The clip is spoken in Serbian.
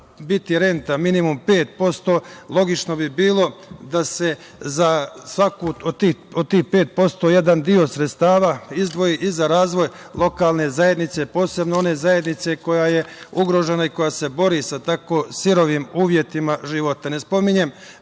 biti renta minimum 5%, logično bi bilo da se za svaku od tih 5% jedna deo sredstava izdvoji i za razvoj lokalne zajednice, posebno one zajednice koja je ugrožena i koja se bori sa tako surovim uslovima života. Ne spominjem